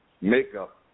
makeup